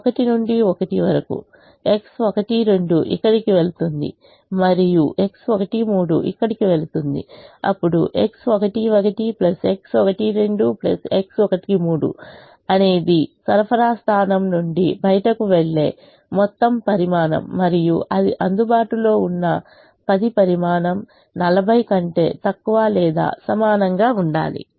1 నుండి 1 వరకు X12 ఇక్కడకు వెళుతుంది మరియు X13 ఇక్కడకు వెళుతుంది అప్పుడు X11 X12 X13 అనేది సరఫరా స్థానం నుండి బయటకు వెళ్లే మొత్తం పరిమాణం మరియు అది అందుబాటులో ఉన్న 10 పరిమాణం 40 కంటే తక్కువ లేదా సమానంగా ఉండాలి